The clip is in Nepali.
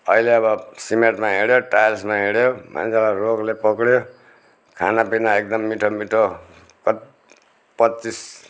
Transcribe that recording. अहिले अब सिमेटमा हिँड्यो टाइल्समा हिँड्यो मान्छेलाई रोगले पक्रियो खानापिना एकदम मिठो मिठो प पच्चिस